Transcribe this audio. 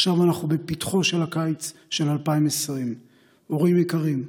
עכשיו אנחנו בפתחו של הקיץ של 2020. הורים יקרים,